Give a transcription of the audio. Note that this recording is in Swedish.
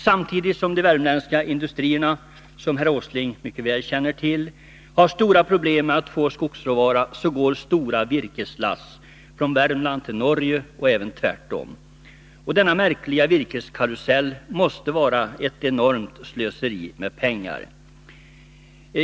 Samtidigt som de värmländska industrierna, som herr Åsling mycket väl känner till, har stora problem med att få skogsråvara går stora virkeslass från Värmland till Norge, och även tvärtom. Denna märkliga virkeskarusell måste vara ett enormt slöseri med pengar.